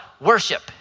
Worship